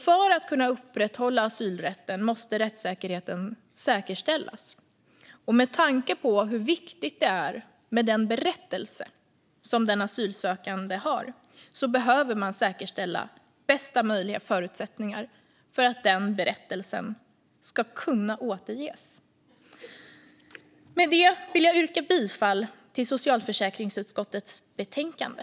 För att kunna upprätthålla asylrätten måste man säkerställa rättssäkerheten, och med tanke på hur viktigt det är med den berättelse som den asylsökande har behöver man säkerställa bästa möjliga förutsättningar för att den berättelsen ska kunna återges. Med det yrkar jag bifall till förslaget i socialförsäkringsutskottets betänkande.